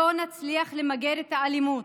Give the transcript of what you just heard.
לא נצליח למגר את האלימות.